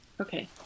Okay